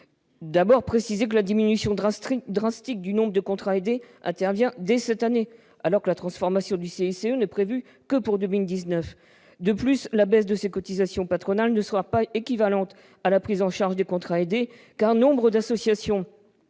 d'abord, la diminution drastique du nombre de contrats aidés intervient dès cette année, alors que la transformation du CICE n'est prévue que pour 2019. Ensuite, la baisse des cotisations patronales ne sera pas équivalente à la prise en charge des contrats aidés, car nombre d'associations